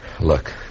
Look